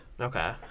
okay